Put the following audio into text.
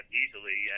easily